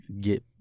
get